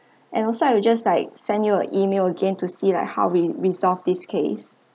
and also I will just like send you an email again to see like how we resolve this case